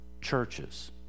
churches